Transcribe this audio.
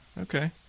Okay